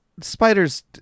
Spiders